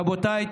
רבותיי,